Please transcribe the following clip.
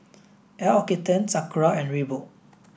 L'Occitane Sakura and Reebok